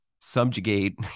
subjugate